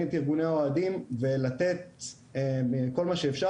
בין אם את ארגוני האוהדים ולתת כל מה שאפשר